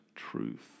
truth